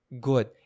good